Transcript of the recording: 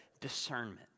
discernment